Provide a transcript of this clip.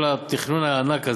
כל התכנון הענק הזה,